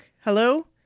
Hello